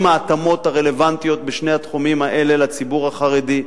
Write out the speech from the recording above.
עם ההתאמות הרלוונטיות בשני התחומים האלה לציבור החרדי.